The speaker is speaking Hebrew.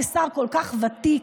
כשר כל כך ותיק,